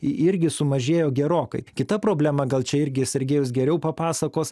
irgi sumažėjo gerokai kita problema gal čia irgi sergejus geriau papasakos